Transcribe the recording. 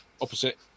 opposite